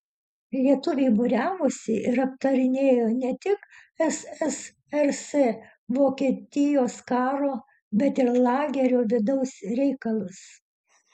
lietuviai būriavosi ir aptarinėjo ne tik ssrs vokietijos karo bet ir lagerio vidaus reikalus